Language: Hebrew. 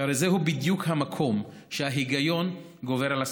שהרי זהו בדיוק המקום שההיגיון גובר על הסכסוך.